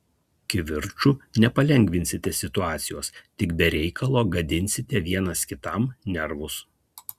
kivirču nepalengvinsite situacijos tik be reikalo gadinsite vienas kitam nervus